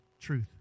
Truth